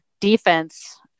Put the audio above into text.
defense